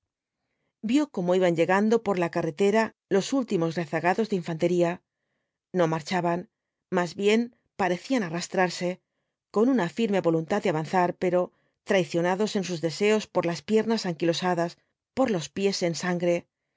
vio cómo iban llegando por la carretera los últimos rezagados de infantería no marchaban más bien parecían arrastrarse con una firme voluntad de avanzar pero traicionados en sus deseos por las piernas anquilosadas por los pies en sangre